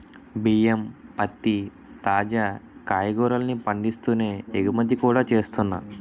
బియ్యం, పత్తి, తాజా కాయగూరల్ని పండిస్తూనే ఎగుమతి కూడా చేస్తున్నా